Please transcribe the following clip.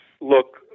look